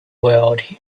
world